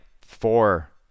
four